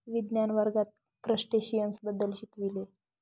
विज्ञान वर्गात क्रस्टेशियन्स बद्दल शिकविले